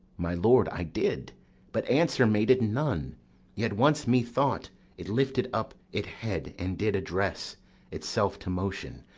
my lord, i did but answer made it none yet once methought it lifted up it head, and did address itself to motion,